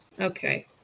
Okay